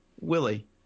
Willie